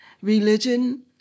religion